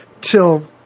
till